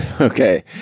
Okay